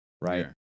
right